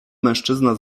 mężczyzna